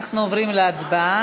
אנחנו עוברים להצבעה.